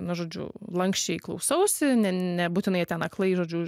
nu žodžiu lanksčiai klausausi ne nebūtinai ten aklai žodžiu